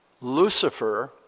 Lucifer